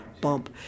bump